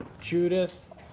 Judith